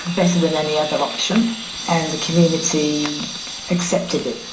better than any other option and the community accepted it.